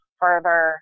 further